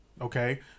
okay